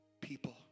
people